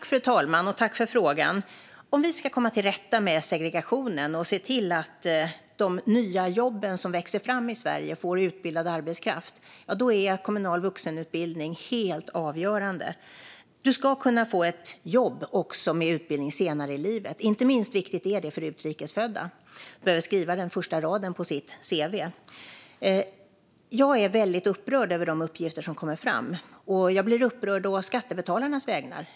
Fru talman! Jag tackar för frågan. Om vi ska komma till rätta med segregationen och se till att de nya jobben som växer fram i Sverige får utbildad arbetskraft är kommunal vuxenutbildning helt avgörande. Man ska kunna få ett jobb också med utbildning senare i livet. Inte minst är det viktigt för utrikesfödda, som då kan skriva den första raden på sitt cv. Jag är väldigt upprörd över de uppgifter som kommer fram. Jag är upprörd å skattebetalarnas vägnar.